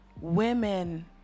women